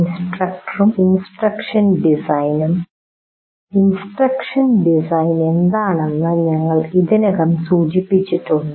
ഇൻസ്ട്രക്ടറും instruction ഡിസൈനും instruction design എന്താണെന്ന് ഞങ്ങൾ ഇതിനകം സൂചിപ്പിച്ചിട്ടുണ്ട്